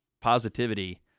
positivity